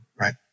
right